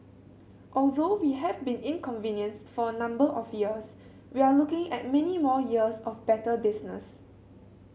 although we have been inconvenienced for a number of years we are looking at many more years of better business